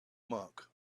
monk